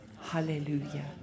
Hallelujah